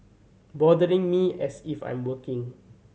bothering me as if I'm working